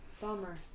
Bummer